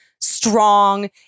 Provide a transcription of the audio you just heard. strong